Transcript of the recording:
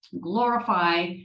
glorify